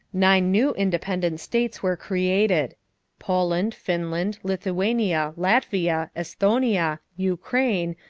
nine new independent states were created poland, finland, lithuania, latvia, esthonia, ukraine,